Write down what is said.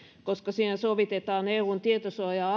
koska siihen sovitetaan eun tietosuoja